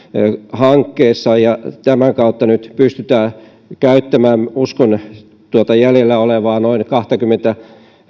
hankkeessa ja tämän kautta nyt pystytään käyttämään uskon näin tuota jäljellä olevaa noin kahtakymmentä